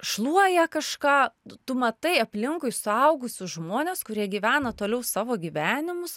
šluoja kažką tu matai aplinkui suaugusius žmones kurie gyvena toliau savo gyvenimus